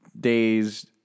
days